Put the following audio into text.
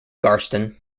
garston